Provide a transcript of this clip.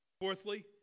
Fourthly